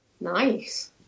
nice